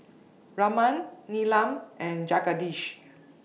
Raman Neelam and Jagadish